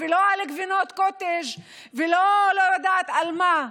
ולא על גבינות קוטג' ולא יודעת מה,